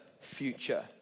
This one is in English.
future